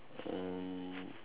um